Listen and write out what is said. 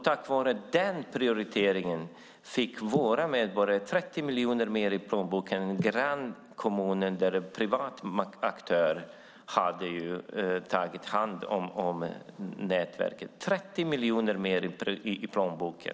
Tack vare den prioriteringen har våra medborgare fått 30 miljoner mer i plånboken jämfört med grannkommunen där en privat aktör tagit hand om nätverket. Våra medborgare har fått 30 miljoner mer i plånboken!